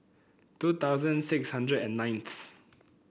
two thousand six hundred and ninth